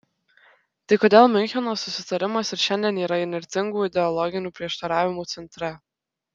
tai kodėl miuncheno susitarimas ir šiandien yra įnirtingų ideologinių prieštaravimų centre